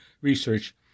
research